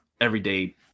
everyday